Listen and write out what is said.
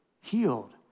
healed